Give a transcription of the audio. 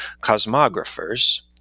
cosmographers